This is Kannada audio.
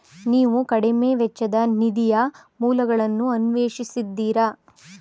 ನೀವು ಕಡಿಮೆ ವೆಚ್ಚದ ನಿಧಿಯ ಮೂಲಗಳನ್ನು ಅನ್ವೇಷಿಸಿದ್ದೀರಾ?